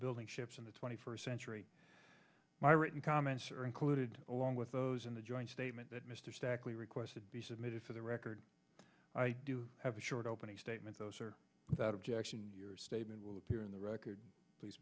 building ships in the twenty first century my written comments are included along with those in the joint statement that mr stack we requested be submitted for the record i do have a short opening statement those are without objection your statement will appear in the record